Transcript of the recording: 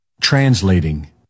Translating